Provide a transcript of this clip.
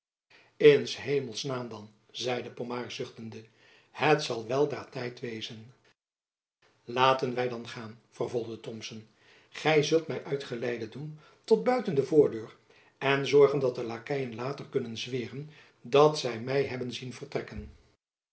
s hemels naam dan zeide pomard zuchtende het zal weldra tijd wezen laten wy dan gaan vervolgde thomson gy zult my uitgeleide doen tot buiten de voordeur en zorgen dat de lakeien later kunnen zweren dat zy my hebben zien vertrekken